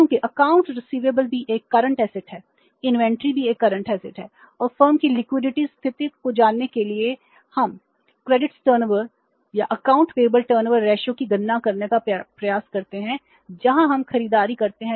क्योंकि accounts receivable सही हैं